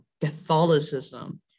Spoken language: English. Catholicism